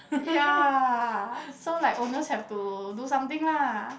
ya so like owners have to do something lah